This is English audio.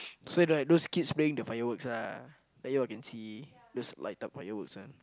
so like those kids playing the fireworks ah like you all can see just light up fireworks [one]